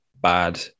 bad